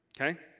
Okay